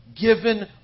given